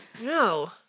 No